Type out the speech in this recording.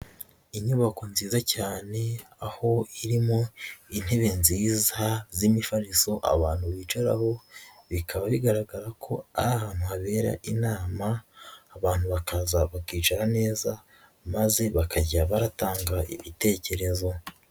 Inyubako nziza cyane, aho irimo intebe nziza z'imifarizo abantu bicaraho, bikaba bigaragara ko ari ahantu habera inama abantu bakaza bakicara neza maze bakajya baratanga ibitekerezo.